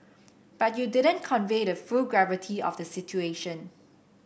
but you didn't convey the full gravity of the situation